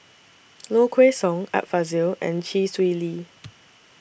Low Kway Song Art Fazil and Chee Swee Lee